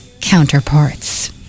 counterparts